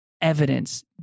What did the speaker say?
evidence